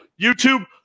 YouTube